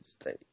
State